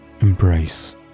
embrace